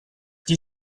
qui